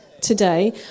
today